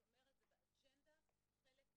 זאת אומרת, זה באג'נדה, חלק מההכשרה,